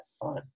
fun